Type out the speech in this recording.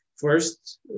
First